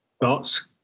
thoughts